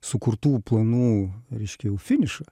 sukurtų planų reiškia jau finišą